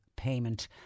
payment